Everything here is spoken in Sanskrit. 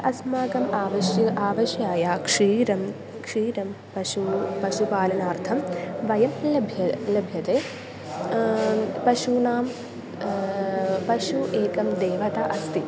अस्माकम् आवश्यकं आवश्यकं क्षीरं क्षीरं पशु पशुपालनार्थं वयं लभ्य लभ्यते पशूनां पशुः एकं देवता अस्ति